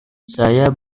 saya